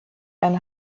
ein